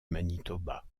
manitoba